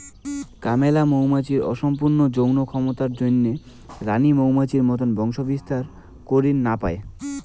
কামলা মৌমাছির অসম্পূর্ণ যৌন ক্ষমতার জইন্যে রাণী মৌমাছির মতন বংশবিস্তার করির না পায়